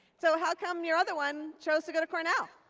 so how come your other one chose to go to cornell?